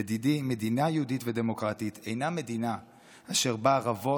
לדידי מדינה יהודית ודמוקרטית אינה מדינה אשר בה רבות